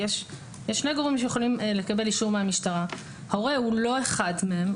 יש שני גורמים שיכולים לקבל אישור מהמשטרה והורה הוא לא אחד מהם.